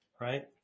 right